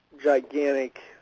gigantic